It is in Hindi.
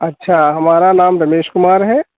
अच्छा हमारा नाम दिनेश कुमार है